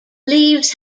leaves